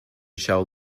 shall